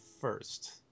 first